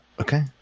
Okay